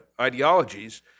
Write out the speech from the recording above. ideologies